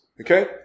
Okay